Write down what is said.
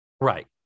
right